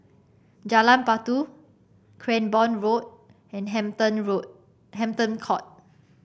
Jalan Batu Cranborne Road and Hampton Road Hampton Court